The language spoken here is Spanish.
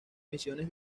misiones